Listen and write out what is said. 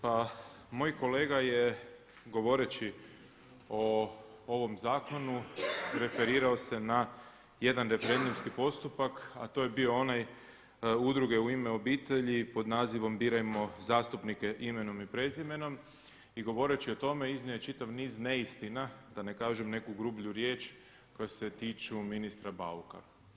Pa moj kolega je govoreći o ovom zakonu referirao se na jedan referendumski postupak a to je bio onaj Udruge „U ime obitelji“ pod nazivom „Birajmo zastupnike imenom i prezimenom“ i govoreći o tome iznio je čitav niz neistina, da ne kažem neku grublju riječ koja se tiču ministra Bauka.